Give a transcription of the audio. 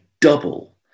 double